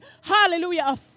hallelujah